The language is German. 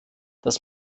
dies